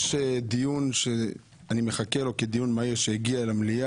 יש דיון שאני מחכה לו, דיון שהגיע כדיון מהיר